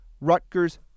Rutgers